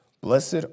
Blessed